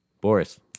Boris